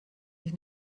sich